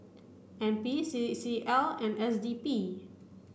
N P C C L and S D P